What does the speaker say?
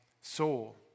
soul